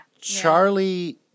Charlie